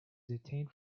detained